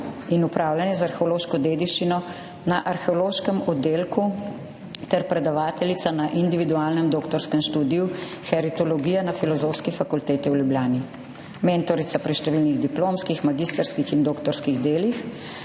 in upravljanje z arheološko dediščino na arheološkem oddelku ter predavateljica na individualnem doktorskem študiju Heritologija na Filozofski fakulteti v Ljubljani, mentorica pri številnih diplomskih, magistrskih in doktorskih delih.